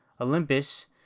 Olympus